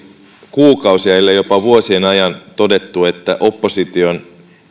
kuukausien ellei jopa vuosien ajan todettu että opposition